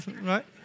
Right